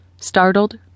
Startled